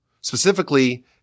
specifically